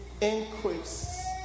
increase